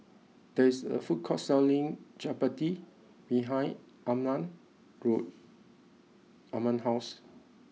there is a food court selling Chapati behind Arman grow Arman house